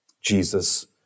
Jesus